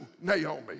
Naomi